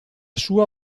sua